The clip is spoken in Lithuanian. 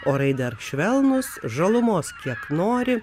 orai dar švelnūs žalumos kiek nori